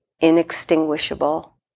inextinguishable